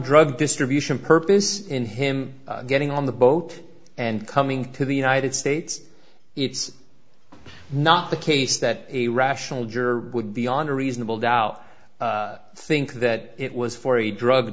drug distribution purpose in him getting on the boat and coming to the united states it's not the case that a rational juror would beyond a reasonable doubt think that it was for a drug